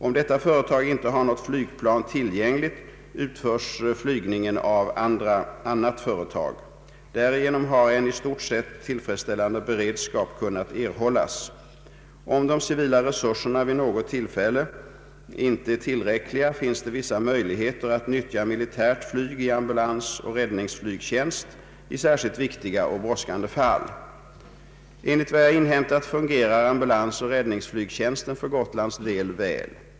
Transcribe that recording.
Om detta företag inte har något flygplan tillgängligt utförs flygningen av annat företag. Därigenom har en i stort sett tillfredsställande beredskap kunnat erhållas. Om de civila resurserna vid något tillfälle inte är tillräckliga finns det vissa möjligheter att nyttja militärt flyg i ambulansoch räddningsflygtjänst i särskilt viktiga och brådskande fall. Enligt vad jag har inhämtat fungerar ambulansoch räddningsflygtjänsten för Gotlands del väl.